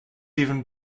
even